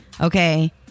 Okay